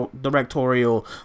directorial